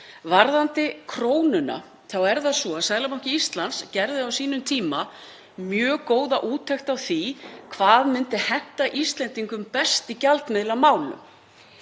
Varðandi krónuna er það svo að Seðlabanki Íslands gerði á sínum tíma mjög góða úttekt á því hvað myndi henta Íslendingum best í gjaldmiðlamálum.